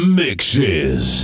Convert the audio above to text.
mixes